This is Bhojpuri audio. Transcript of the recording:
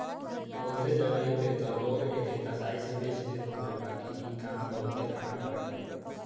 बहुते जगही पे तअ लोग एके कसाई से बेच देत हवे बाकी इ काम बहुते खराब बाटे